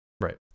right